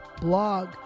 blog